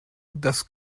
das